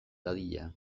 dadila